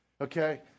okay